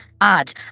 Odd